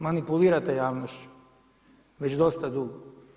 Manipulirate javnošću, već dosta dugo.